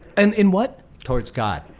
and in what? towards god.